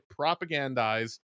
propagandize